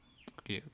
okay